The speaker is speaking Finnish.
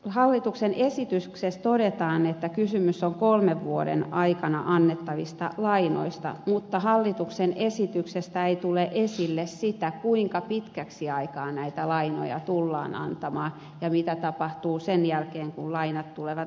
hallituksen esityksessä todetaan että kysymys on kolmen vuoden aikana annettavista lainoista mutta hallituksen esityksestä ei tule esille sitä kuinka pitkäksi aikaa näitä lainoja tullaan antamaan ja mitä tapahtuu sen jälkeen kun lainat tulevat erääntymään